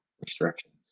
restrictions